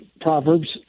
Proverbs